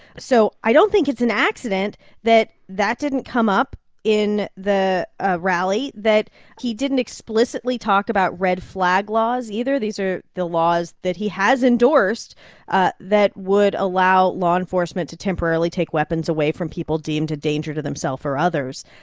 so i don't think it's an accident that that didn't come up in the ah rally, that he didn't explicitly talk about red flag laws, either. these are the laws that he has endorsed ah that would allow law enforcement to temporarily take weapons away from people deemed a danger to themself or others.